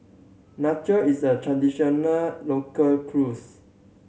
nachos is a traditional local cuisine